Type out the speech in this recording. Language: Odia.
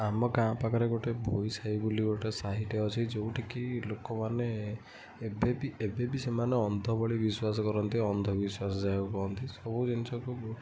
ଆମ ଗାଁ ପାଖରେ ଗୋଟେ ଭୋଇ ସାହି ବୋଲି ଗୋଟେ ସାହିଟେ ଅଛି ଯୋଉଠି କି ଲୋକମାନେ ଏବେବି ଏବେବି ସେମାନେ ଅନ୍ଧ ଭଳି ବିଶ୍ୱାସ କରନ୍ତି ଅନ୍ଧବିଶ୍ୱାସ ଯାହାକୁ କୁହନ୍ତି ସବୁ ଜିନଷକୁ